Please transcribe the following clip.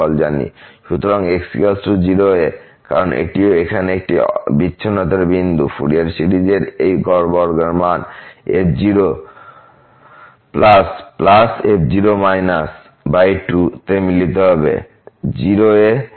সুতরাং x 0 এ কারণ এটিও এখানে একটি বিচ্ছিন্নতার বিন্দু ফুরিয়ার সিরিজ এই গড় মান f0 f0 2 তে মিলিত হবে 0 এ সীমাবদ্ধ মান